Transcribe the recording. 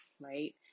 right